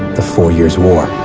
the four years war.